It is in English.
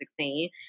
2016